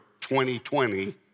2020